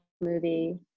movie